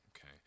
Okay